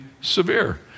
severe